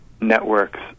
networks